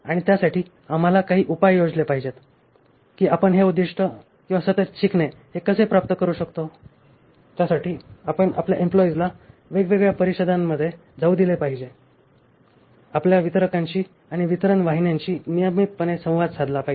आणि त्यासाठी आम्हाला काही उपाय योजले पाहिजेत की आपण हे उद्दीष्ट किंवा सतत शिकणे हे कसे प्राप्त करू शकतो त्यासाठी आपण आपल्या एम्प्लॉईजला वेगवेगळ्या परिषदांमध्ये जाऊ दिले पाहिजे आपल्या वितरकांशी आणि वितरण वाहिन्यांशी नियमितपणे संवाद साधला पाहिजे